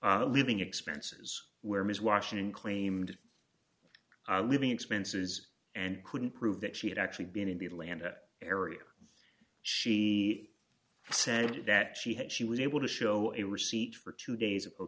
living expenses where ms washington claimed living expenses and couldn't prove that she had actually been in the atlanta area she said that she had she was able to show a receipt for two days